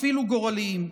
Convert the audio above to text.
אפילו גורליים,